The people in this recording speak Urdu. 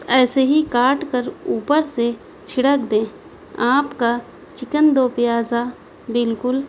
ایسے ہی کاٹ کر اوپر سے چھڑک دیں آپ کا چکن دو پیاز بالکل